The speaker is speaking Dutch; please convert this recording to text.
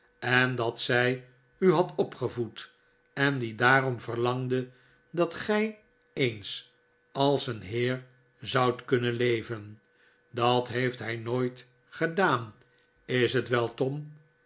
en dat zij u had ppgevoed en die daarom verlangde dat gij eens als een heer zoudt kunnen leven dat heeft hij nooit gedaan is t wel tom